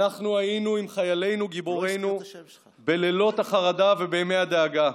אנחנו היינו עם חיילינו גיבורינו בלילות החרדה ובימי הדאגה.